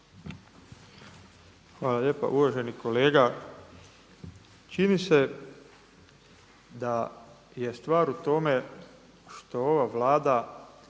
Hvala lijepa. Uvaženi kolega, čini se da je stvar u tome što ova Vlada